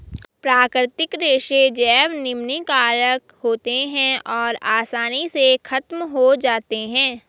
प्राकृतिक रेशे जैव निम्नीकारक होते हैं और आसानी से ख़त्म हो जाते हैं